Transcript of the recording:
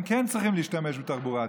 הם כן צריכים להשתמש בתחבורה הציבורית.